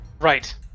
Right